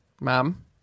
mom